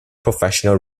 professional